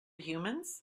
humans